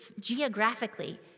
geographically